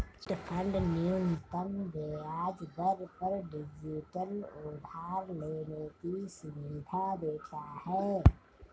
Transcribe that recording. chit fund न्यूनतम ब्याज दर पर डिजिटल उधार लेने की सुविधा देता है